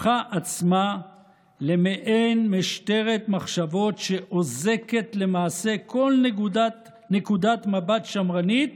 הפכה עצמה למעין משטרת מחשבות שאוזקת למעשה כל נקודת מבט שמרנית